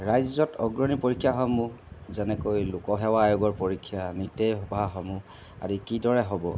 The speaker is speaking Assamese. ৰাজ্যত অগ্ৰণী পৰীক্ষা হয় মোক যেনেকৈ লোকসেৱা আয়োগৰ পৰীক্ষা নীটেই বা সমূহ আদি কিদৰে হ'ব